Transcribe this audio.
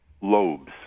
lobes